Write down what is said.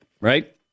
Right